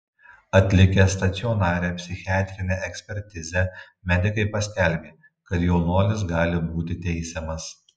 atlikę stacionarią psichiatrinę ekspertizę medikai paskelbė kad jaunuolis gali būti teisiamas